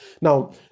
Now